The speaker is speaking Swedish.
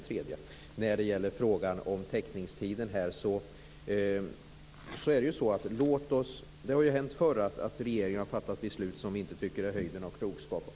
När det gäller frågan om teckningstiden vill jag säga att de har hänt förr att regeringen har fattat beslut som vi inte tycker är höjden av klokskap.